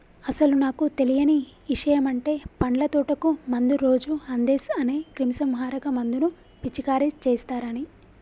అసలు నాకు తెలియని ఇషయమంటే పండ్ల తోటకు మందు రోజు అందేస్ అనే క్రిమీసంహారక మందును పిచికారీ చేస్తారని